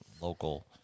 local